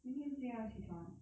明天几点要起床